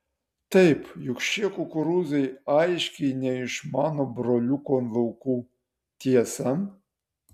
taip juk šie kukurūzai aiškiai ne iš mano broliuko laukų tiesa